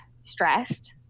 stressed